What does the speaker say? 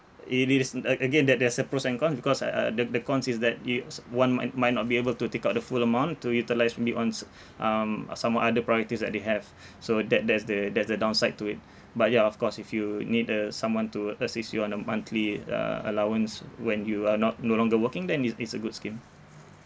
it is uh uh again that there's a pros and cons because uh uh the the cons is that it's one might might not be able to take out the full amount to utilise beyonds um some more other priorities that they have so that there's the there's the downside to it but ya of course if you need uh someone to assist you on a monthly uh allowance when you are not no longer working then it's it's a good scheme